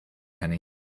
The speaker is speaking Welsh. hynny